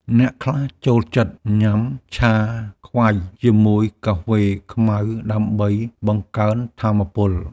អ្នកខ្លះចូលចិត្តញ៉ាំចាខ្វែ ជាមួយកាហ្វេខ្មៅដើម្បីបង្កើនថាមពល។